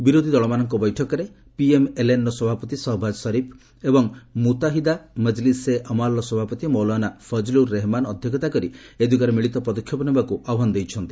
ବିରୋଧୀ ଦଳମାନଙ୍କ ବୈଠକରେ ପିଏମ୍ଏଲ୍ଏନ୍ ର ସଭାପତି ସହବାଜ୍ ସରିଫ୍ ଏବଂ ମୁତାହିଦା ମଜ୍ଲିସ୍ ଇ ଅମାଲ୍ର ସଭାପତି ମୌଲାନା ଫଜଲୁର୍ ରେହେମାନ୍ ଅଧ୍ୟକ୍ଷତା କରି ଏ ଦିଗରେ ମିଳିତ ପଦକ୍ଷେପ ନେବାକୁ ଆହ୍ୱାନ ଦେଇଛନ୍ତି